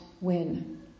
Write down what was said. win